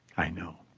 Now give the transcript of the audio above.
i know.